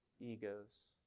egos